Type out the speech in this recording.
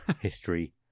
history